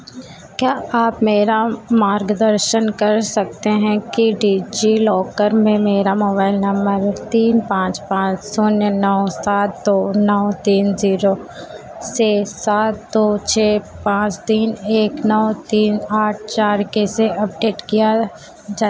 क्या आप मेरा मार्गदर्शन कर सकते हैं कि डिजिलॉकर में मेरा मोबाइल नंबर तीन पाँच पाँच शून्य नौ सात दो नौ तीन जीरो से सात दो छः पाँच तीन एक नौ तीन आठ चार कैसे अपडेट किया जाए